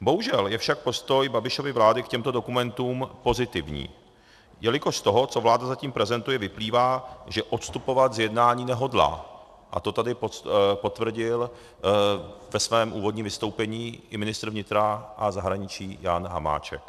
Bohužel je však postoj Babišovy vlády k těmto dokumentům pozitivní, jelikož z toho, co vláda zatím prezentuje, vyplývá, že odstupovat z jednání nehodlá, a to tady potvrdil ve svém úvodním vystoupení i ministr vnitra a zahraničí Jan Hamáček.